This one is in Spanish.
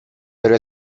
pero